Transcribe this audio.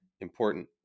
important